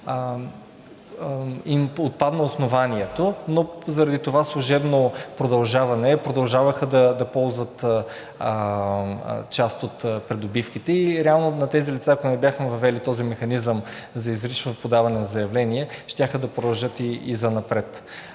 им отпадна основанието, но заради това служебно продължаване продължаваха да ползват част от придобивките. Реално на тези лица, ако не бяхме въвели този механизъм за изрично подаване на заявление, щяха да продължат и занапред.